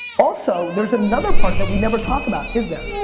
also, there's another part that we never talk about, is there?